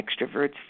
extroverts